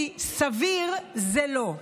כי סביר זה לא.